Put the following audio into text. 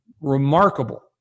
remarkable